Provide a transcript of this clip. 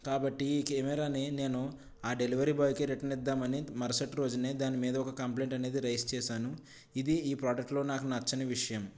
కాబట్టి ఈ కెమెరా ని నేను ఆ డెలివరీ బాయ్ కి రిటర్న్ ఇద్దామని మరసటి రోజునే దాని మీద ఒక కంప్లైంట్ అనేది రైస్ చేశాను ఇది ఈ ప్రోడక్ట్ లో నాకు నచ్చని విషయం